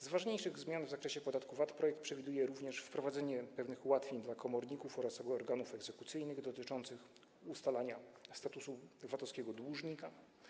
Z ważniejszych zmian w zakresie podatku VAT należy wymienić następujące: projekt przewiduje również wprowadzenie pewnych ułatwień dla komorników oraz organów egzekucyjnych dotyczących ustalania statusu VAT-owskiego dłużnika.